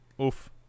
Oof